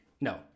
No